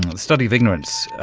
the study of ignorance.